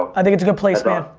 i think it's a good place, man.